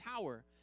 tower